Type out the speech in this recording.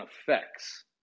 effects